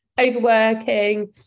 overworking